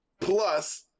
plus